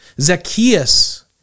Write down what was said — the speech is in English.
Zacchaeus